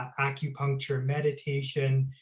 acupuncture, meditation,